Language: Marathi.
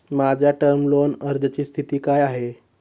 माझ्या टर्म लोन अर्जाची स्थिती काय आहे?